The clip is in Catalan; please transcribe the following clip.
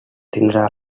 tindrà